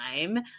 time